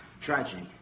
tragedy